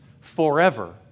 forever